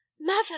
Mother